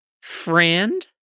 friend